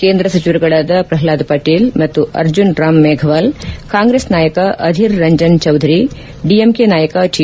ಕೇಂದ್ರ ಸಚಿವರುಗಳಾದ ಪ್ರಹ್ಲಾದ್ ಪಟೇಲ್ ಮತ್ತು ಅರ್ಜುನ್ ರಾಮ್ ಮೇಫವಾಲ್ ಕಾಂಗ್ರೆಸ್ ನಾಯಕ ಆಧೀರ್ ರಂಜನ್ ಚೌಧರಿ ಡಿಎಂಕೆ ನಾಯಕ ಟಿ